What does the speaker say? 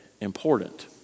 important